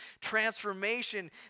transformation